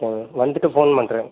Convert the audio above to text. ஓகேங்க வந்துவிட்டு போன் பண்ணுறேன்